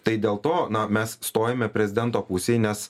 tai dėl to na mes stojome prezidento pusėj nes